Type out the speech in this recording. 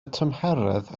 tymheredd